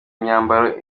imyambaro